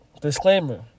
disclaimer